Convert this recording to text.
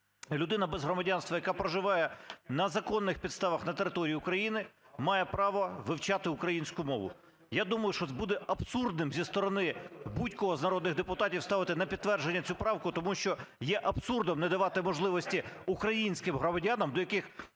людина без громадянства, яка проживає на законних підставах на території України, має право вивчати українську мову. Я думаю, що буде абсурдним зі сторони будь-кого з народних депутатів ставити на підтвердження цю правку. Тому що є абсурдом не давати можливості українським громадянам, до яких